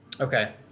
Okay